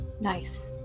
Nice